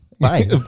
Bye